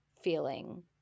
feeling